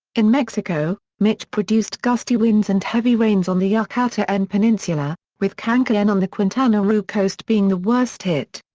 in mexico, mitch produced gusty winds and heavy rains on the ah yucatan but and peninsula, with cancun on the quintana roo coast being the worst hit.